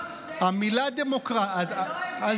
שוויון ללא הבדל דת, גזע ומין, כן מצוין.